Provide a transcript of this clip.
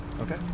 Okay